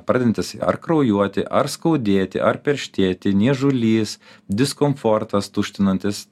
pradedantys ar kraujuoti ar skaudėti ar perštėti niežulys diskomfortas tuštinantis